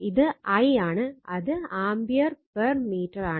ഇത് l ആണ് അത് ആമ്പിയർ പെർ മീറ്റർ ആണ്